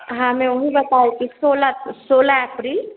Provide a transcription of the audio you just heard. हाँ मैं वही बता रही थी सोलह को सोलह अप्री